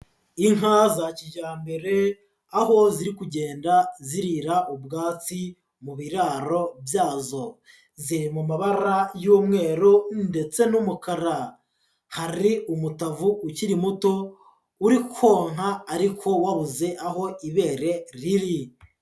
Inka za kijyambere, aho ziri kugenda zirira ubwatsi mu biraro byazo, ziri mu mabara y'umweru ndetse n'umukara, hari umutavu ukiri muto uri konka ariko wabuze aho ibere riri.